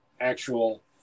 actual